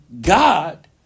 God